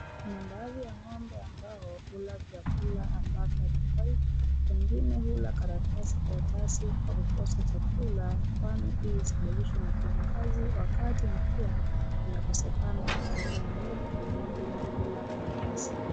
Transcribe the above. Kuna baadhi ya ng'ombe ambao hukula vyakula ambavyo havifai, wengine hla karatasi kwa kukosa chakula kwani hii zimelishwa na kiangazi wakati mvua imekosekana kwa muda mrefu, ng'ombe wengi hula karatasi.